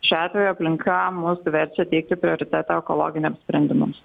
šiuo atveju aplinka mus verčia teikti prioritetą ekologiniams sprendimams